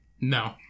No